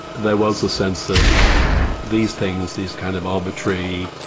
there was the sense that these things, these kind of arbitrary,